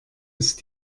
ist